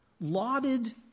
lauded